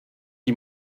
die